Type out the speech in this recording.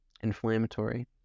Inflammatory